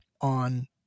on